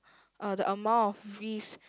uh the amount of risk